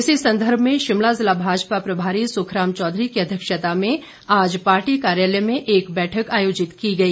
इसी संदर्भ में शिमला जिला भाजपा प्रभारी सुखराम चौधरी की अध्यक्षता में आज पार्टी कार्यालय में एक बैठक आयोजित की गई